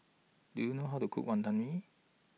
Do YOU know How to Cook Wantan Mee